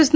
S